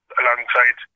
alongside